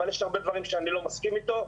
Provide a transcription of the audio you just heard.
אבל יש הרבה דברים שאני לא מסכים אתו.